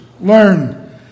learn